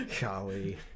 Golly